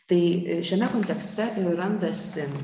tai šiame kontekste ir randasi